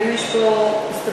האם יש פה הסתפקות,